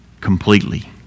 completely